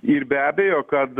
ir be abejo kad